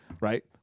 Right